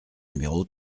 numéro